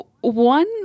One